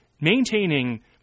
maintaining